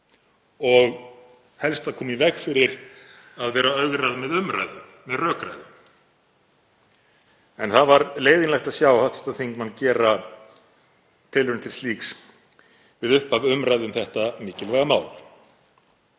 og helst að koma í veg fyrir að vera ögrað með umræðu, með rökræðu. Það var leiðinlegt að sjá hv. þingmann gera tilraun til slíks við upphaf umræðu um þetta mikilvæga mál